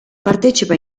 partecipa